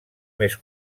més